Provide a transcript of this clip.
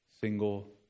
single